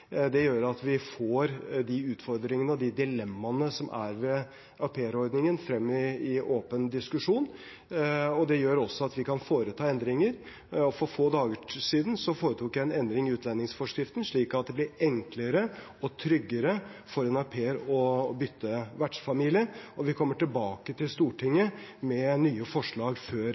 Det gjør at vi får de utfordringene og de dilemmaene som er ved aupairordningen, frem i åpen diskusjon, og det gjør også at vi kan foreta endringer. For få dager siden foretok jeg en endring i utlendingsforskriften, slik at det blir enklere og tryggere for en au pair å bytte vertsfamilie, og vi kommer tilbake til Stortinget med nye forslag før